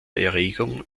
erregung